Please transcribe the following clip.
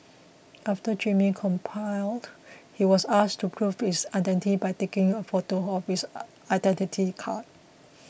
after Jimmy complied he was asked to prove his identity by taking a photo of his Identity Card